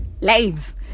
lives